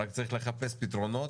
רק צריך לחפש פתרונות.